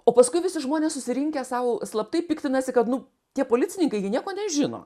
o paskui visi žmonės susirinkę sau slaptai piktinasi kad nu tie policininkai jie nieko nežino